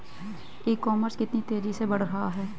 ई commerce कितनी तेजी से बढ़ रहा है?